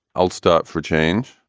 i'll stop for change.